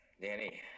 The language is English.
Danny